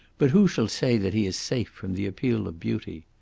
but who shall say that he is safe from the appeal of beauty?